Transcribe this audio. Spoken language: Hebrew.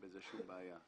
אין בזה שום בעיה.